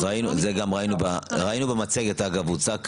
ראינו במצגת, הוצג כאן.